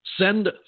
Send